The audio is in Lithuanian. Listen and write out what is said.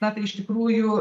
na tai iš tikrųjų